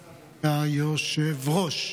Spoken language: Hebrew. תודה, היושב-ראש,